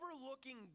overlooking